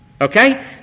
Okay